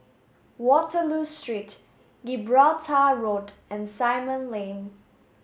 Waterloo Street Gibraltar Road and Simon Lane